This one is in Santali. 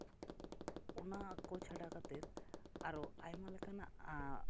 ᱚᱱᱟ ᱠᱚ ᱪᱷᱟᱰᱟ ᱠᱟᱛᱮᱫ ᱟᱨᱚ ᱟᱭᱢᱟ ᱞᱮᱠᱟᱱᱟᱜ